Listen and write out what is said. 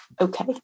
okay